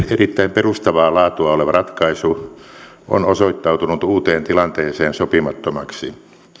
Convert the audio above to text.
perustavaa laatua oleva ratkaisu on osoittautunut uuteen tilanteeseen sopimattomaksi